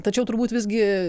tačiau turbūt visgi